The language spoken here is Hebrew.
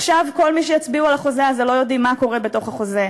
עכשיו כל אלו שיצביעו על החוזה הזה לא יודעים מה קורה בתוך החוזה.